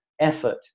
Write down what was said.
effort